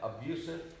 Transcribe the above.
abusive